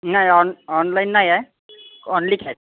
नाही on online नाही आहे ओन्ली कॅश